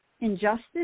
injustice